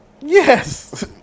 Yes